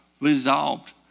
resolved